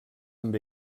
amb